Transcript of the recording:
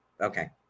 Okay